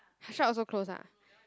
her shop also close ah